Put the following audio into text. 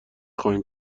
خواهیم